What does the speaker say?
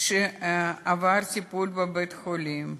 עבר טיפול בבית-חולים,